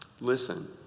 Listen